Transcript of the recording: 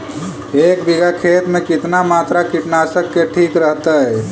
एक बीघा खेत में कितना मात्रा कीटनाशक के ठिक रहतय?